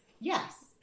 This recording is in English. Yes